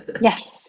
Yes